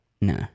No